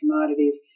commodities